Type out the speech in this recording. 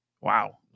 Wow